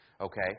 Okay